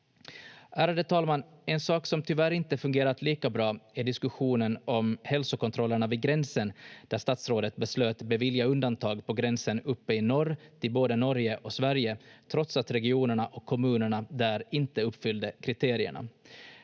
Ärade talman! En sak som tyvärr inte fungerat lika bra är diskussionen om hälsokontrollerna vid gränsen, där statsrådet beslöt bevilja undantag på gränsen uppe i norr till både Norge och Sverige, trots att regionerna och kommunerna där inte uppfyllde kriterierna.